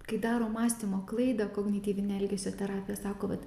kai daro mąstymo klaidą kognityvinė elgesio terapija sako vat